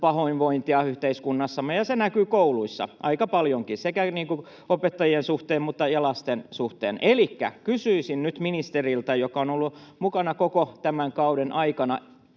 pahoinvointia yhteiskunnassamme, ja se näkyy kouluissa aika paljonkin sekä opettajien suhteen että lasten suhteen. Elikkä kysyisin nyt ministeriltä, joka on ollut mukana koko tämän kauden ajan,